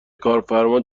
کارفرما